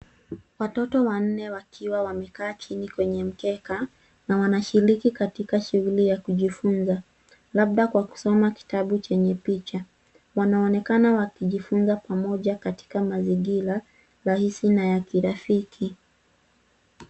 Watoto wanne wakiwa wamekaa chini kwenye mkeka na wanashiriki katika shughuli ya kujifunza, labda kwa kusoma kitabu chenye picha. Wanaonekana wakijifunza pamoja katika mazingira rahisi na ya kirafiki.